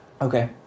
Okay